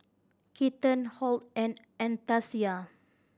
Keaton Hoyt and Anastacia